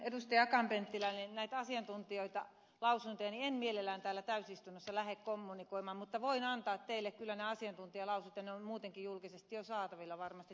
akaan penttilä näitä asiantuntijalausuntoja en mielelläni täällä täysistunnossa lähde kommunikoimaan mutta voin antaa teille kyllä ne asiantuntijalausunnot ja ne ovat muutenkin julkisesti jo saatavilla varmasti tuolla